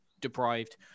deprived